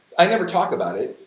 i never talk about it,